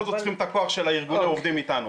זאת צריכים את הכוח של ארגון העובדים איתנו.